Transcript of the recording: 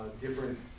different